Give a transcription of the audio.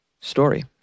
story